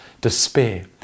despair